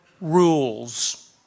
rules